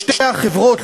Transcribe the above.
לשתי החברות,